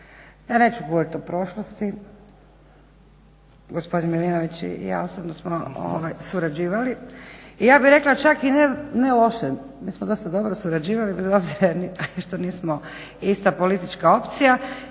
Ja neću govoriti o prošlosti, gospodin Milinović i ja osobno smo surađivali, ja bih rekla čak i ne loše, mi smo dosta dobro surađivali bez obzira što nismo ista politička opcija